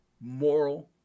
moral